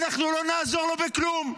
אנחנו לא נעזור לו בכלום,